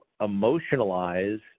emotionalize